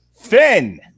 Finn